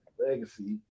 Legacy